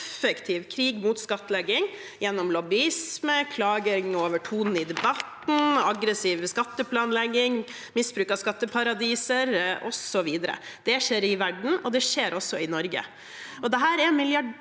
vedvarende, effektiv krig mot skattlegging, gjennom lobbyisme, klaging over tonen i debatten, aggressiv skatteplanlegging, misbruk av skatteparadiser osv. Det skjer i verden, og det skjer også i Norge.